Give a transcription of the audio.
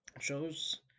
shows